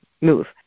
move